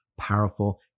powerful